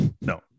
No